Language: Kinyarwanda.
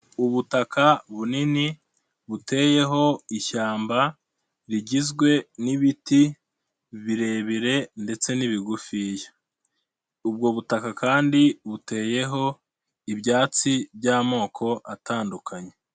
Ubutaka bunini buteyeho ishyamba rigizwe n'ibiti birebire ndetse n'ibigufiya. Ubwo butaka kandi buteyeho ibyatsi by'amoko atandukanye.